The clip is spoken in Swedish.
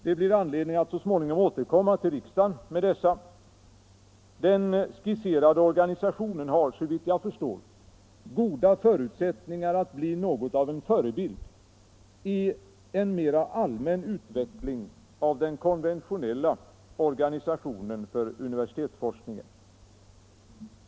Det blir anledning att så småningom återkomma till riksdagen med dessa. Den skisserade organisationen har såvitt jag förstår goda förutsättningar att bli något av en förebild i en mera allmän utveckling av den konventionella organisationen för universitetsforskningen.